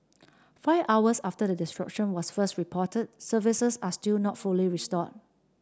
five hours after the disruption was first reported services are still not fully restored